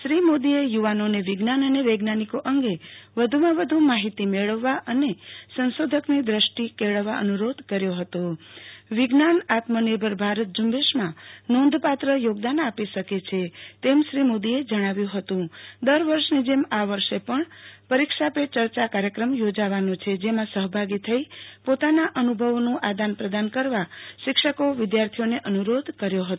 શ્રી મોદીએ યુ વાનોને વિજ્ઞાન અને વૈજ્ઞાનિકો અંગે વધુ માં વધુ માહિતી મેળવવા અને સંશોધકની દ્રષ્ટિ કેળવવાનો અનુ રોધ કર્યો વિજ્ઞાન આત્મનિર્ભર ભારત ઝુંબેશમાં નોંધપાત્ર યોગદાન આપી શકે છે તેમ શ્રી મોદીએ જણાવ્યું હતું દરવર્ષની જેમ આ વર્ષે પણ પરીક્ષા પે યર્યા કાર્યક્રમ યોજાવાનો છે જેમાં સહભાગી થઇ પોતાના અનુ ભવોનું આદાન પ્રદાન કરવા શિક્ષકો વિદ્યાર્થીઓને અનુ રોધ કર્યો હતો